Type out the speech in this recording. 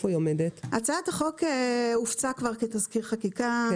הצעת החוק הופצה כבר כתזכיר חקיקה.